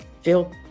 feel